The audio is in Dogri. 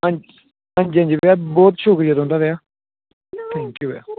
हंथुआढ़ा बहुत शुक्रिया भैया थैंक्यू